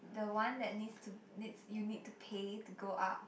the one that needs to needs you need to pay to go up